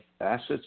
assets